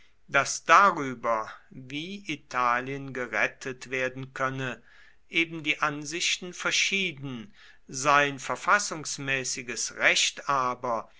daß darüber wie italien gerettet werden könne eben die ansichten verschieden sein verfassungsmäßiges recht aber